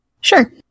Sure